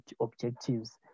objectives